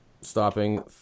stopping